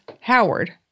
Howard